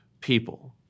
people